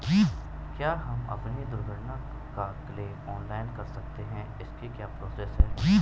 क्या हम अपनी दुर्घटना का क्लेम ऑनलाइन कर सकते हैं इसकी क्या प्रोसेस है?